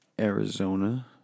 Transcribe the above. Arizona